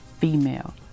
female